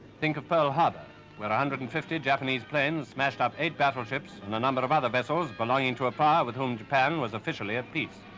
think of pearl harbor, where one hundred and fifty japanese planes smashed up eight battleships and a number of other vessels belonging to a power with whom japan was officially at peace.